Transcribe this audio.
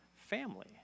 family